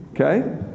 okay